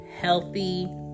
healthy